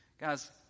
Guys